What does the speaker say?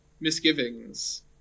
misgivings